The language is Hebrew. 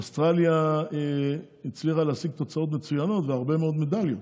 אוסטרליה הצליחה להשיג תוצאות מצוינות והרבה מאוד מדליות.